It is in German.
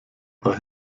paar